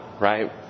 right